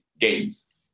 games